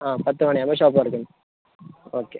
ആ പത്ത് മണിയാവുമ്പം ഷോപ്പ് തുറക്കും ഓക്കെ